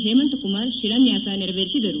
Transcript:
ಹೇಮಂತ್ ಕುಮಾರ್ ಶಿಲಾನ್ಯಾಸ ನೆರವೇರಿಸಿದರು